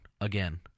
again